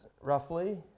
roughly